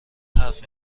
حرف